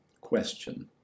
question